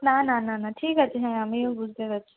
না না না না ঠিক আছে হ্যাঁ আমিও বুঝতে পারছি